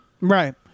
Right